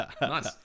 Nice